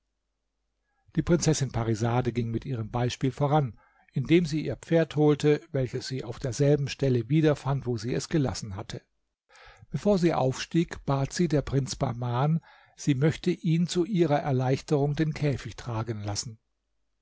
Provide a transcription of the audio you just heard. die prinzessin parisade ging mit ihrem beispiel voran indem sie ihr pferd holte welches sie auf derselben stelle wiederfand wo sie es gelassen hatte bevor sie aufstieg bat sie der prinz bahman sie möchte ihn zu ihrer erleichterung den käfig tragen lassen